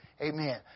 Amen